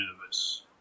nervous